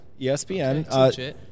ESPN